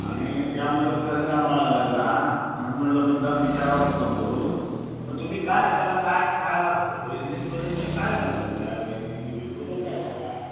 आणि त्यामध्ये फरक जाणवायलाय जरा म्हणून म्हटलं मुद्दाम विचारावं फोन करून तर तुम्ही काय त्याला काय खायला वैरणीत बदल म्हणजे काय घालत असता वैरणी एरव्ही बदल काय झाला